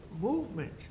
movement